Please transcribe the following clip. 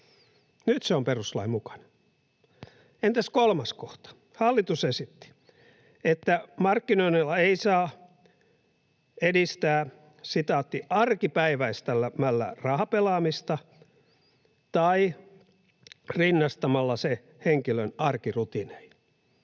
Nyt se on perustuslain mukainen. Entäs 3 kohta? Hallitus esitti, että markkinoinnilla ei saa edistää ”arkipäiväistämällä rahapelaamista tai rinnastamalla se henkilön arkirutiineihin”.